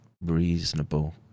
reasonable